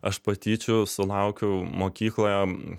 aš patyčių sulaukiau mokykloje